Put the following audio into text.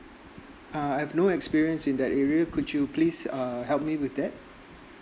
uh I've no experience in that area could you please err help me with that